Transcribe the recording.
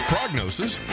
Prognosis